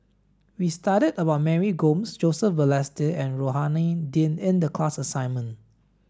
we studied about Mary Gomes Joseph Balestier and Rohani Din in the class assignment